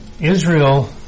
Israel